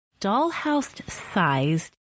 dollhouse-sized